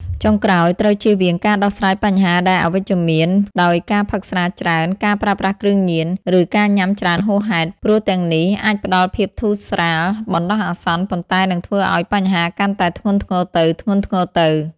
ចុងក្រោយត្រូវជៀសវាងការដោះស្រាយបញ្ហាដែលអវិជ្ជមានដោយការផឹកស្រាច្រើន ការប្រើប្រាស់គ្រឿងញៀន ឬការញ៉ាំច្រើនហួសហេតុ ព្រោះទាំងនេះអាចផ្តល់ភាពធូរស្រាលបណ្តោះអាសន្ន ប៉ុន្តែនឹងធ្វើឱ្យបញ្ហាកាន់តែធ្ងន់ធ្ងរទៅៗ។